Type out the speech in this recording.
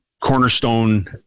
Cornerstone